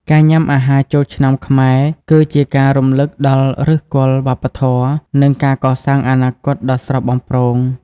ការញ៉ាំអាហារចូលឆ្នាំខ្មែរ គឺជាការរំលឹកដល់ឫសគល់វប្បធម៌ និងការកសាងអនាគតដ៏ស្រស់បំព្រង។